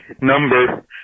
number